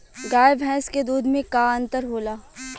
गाय भैंस के दूध में का अन्तर होला?